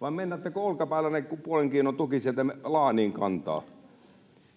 Vai meinaatteko olkapäällänne puolen kiinnon tukin sieltä laaniin kantaa?